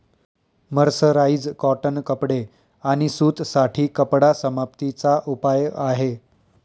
mercerise cotton कपडे आणि सूत साठी कपडा समाप्ती चा उपाय आहे